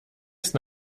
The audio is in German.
ist